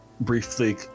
briefly